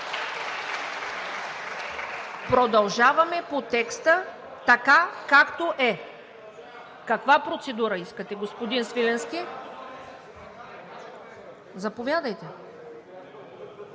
Продължаваме по текста – така, както е. Каква процедура искате, господин Свиленски? Заповядайте.